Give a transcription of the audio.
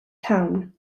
town